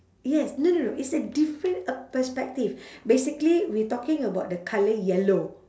yes no no no it's a different a perspective basically we talking about the colour yellow